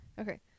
Okay